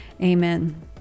Amen